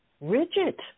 rigid